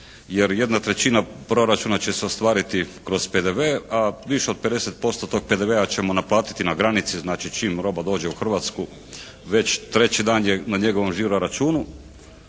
jer jedna trećina proračuna će se ostvariti kroz PDV, a više od 50% tog PDV-a ćemo naplatiti na granici, znači čim roba dođe u Hrvatsku, već treći dan je na njegovom žiro računu